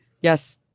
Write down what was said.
yes